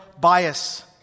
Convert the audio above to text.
bias